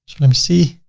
let me see,